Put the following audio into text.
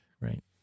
Right